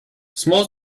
small